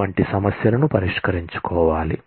వంటి సమస్యలను పరిష్కరించుకోవాలి